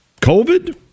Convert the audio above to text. COVID